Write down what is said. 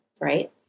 right